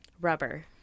Rubber